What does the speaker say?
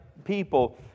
People